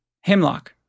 hemlock